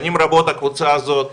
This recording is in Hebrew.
שנים רבות הקבוצה הזאת